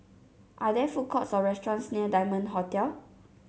are there food courts or restaurants near Diamond Hotel